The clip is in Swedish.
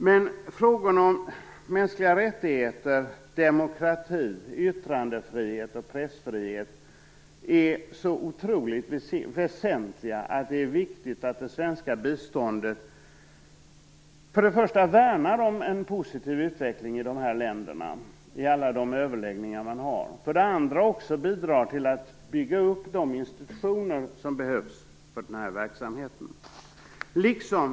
Men frågorna om mänskliga rättigheter, demokrati, yttrandefrihet och pressfrihet är så otroligt väsentliga att det är viktigt att det svenska biståndet för det första värnar om en positiv utveckling i de länderna i alla överläggningar man har och för det andra bygger upp de institutioner som behövs för denna verksamhet.